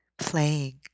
playing